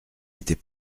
était